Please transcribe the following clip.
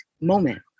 moment